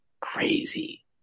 Crazy